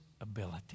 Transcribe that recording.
ability